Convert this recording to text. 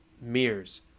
mirrors